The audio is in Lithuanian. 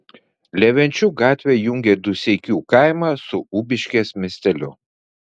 levenčių gatvė jungia dūseikių kaimą su ubiškės miesteliu